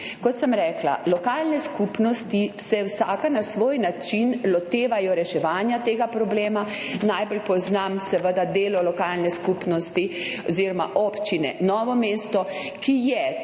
Kot sem rekla, lokalne skupnosti se vsaka na svoj način lotevajo reševanja tega problema. Najbolj poznam seveda delo lokalne skupnosti oziroma občine Novo mesto, ki je